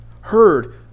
heard